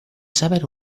saber